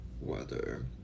weather